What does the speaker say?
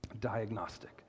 Diagnostic